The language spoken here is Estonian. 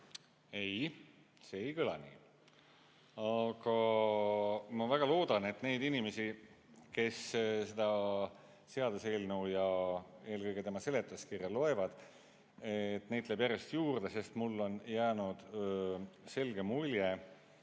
Ei. See ei kõla nii. Aga ma väga loodan, et neid inimesi, kes seda seaduseelnõu ja eelkõige tema seletuskirja loevad, neid tuleb järjest juurde, sest mulle on jäänud selge mulje,